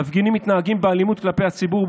המפגינים מתנהגים באלימות כלפי הציבור,